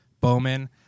Bowman